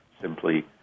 simply